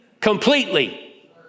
completely